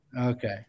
okay